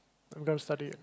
I'm gonna study